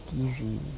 easy